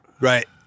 Right